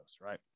right